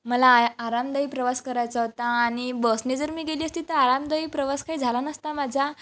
मला आ आरामदायी प्रवास करायचा होता आणि बसने जर मी गेली असते तर आरामदायी प्रवास काही झाला नसता माझा